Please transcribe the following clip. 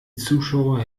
zuschauer